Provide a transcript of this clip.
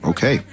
Okay